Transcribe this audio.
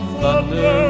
Thunder